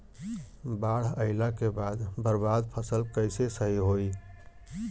बाढ़ आइला के बाद बर्बाद फसल कैसे सही होयी?